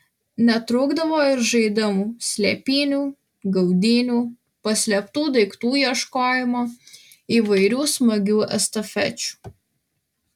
netrūkdavo ir žaidimų slėpynių gaudynių paslėptų daiktų ieškojimo įvairių smagių estafečių